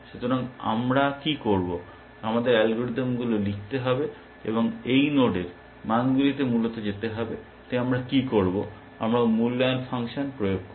সুতরাং আমরা কি করব আমাদের অ্যালগরিদম লিখতে হবে এই নোডের মানগুলিতে মূলত যেতে হবে তাই আমরা কী করব আমরা মূল্যায়ন ফাংশন প্রয়োগ করব